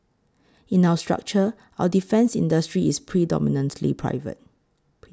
in our structure our defence industry is predominantly private